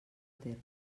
terme